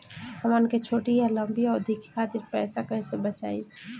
हमन के छोटी या लंबी अवधि के खातिर पैसा कैसे बचाइब?